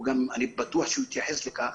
אני בטוח שהוא יתייחס לכך.